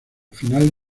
final